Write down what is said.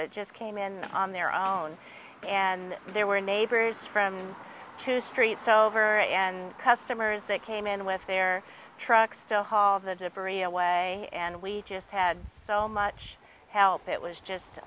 they just came in on their own and there were neighbors from two streets over and customers that came in with their trucks to haul the debris away and we just had so much help it was just